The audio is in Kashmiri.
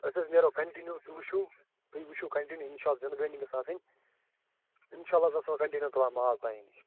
أسۍ حظ نیرو کنٛٹِنیٛوٗ تُہۍ وُچھُو تُہۍ وُچھُو کنٛٹِنیٛوٗ اِنشاللہ زِنٛدٕگٲنی گٔژھ آسٕنۍ اِنشااللہ حظ آسو کنٛٹِنیٛوٗ تُلان مال تۄہہِ نِش